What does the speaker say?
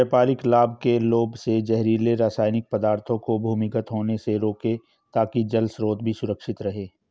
व्यापारिक लाभ के लोभ से जहरीले रासायनिक पदार्थों को भूमिगत होने से रोकें ताकि जल स्रोत भी सुरक्षित रहे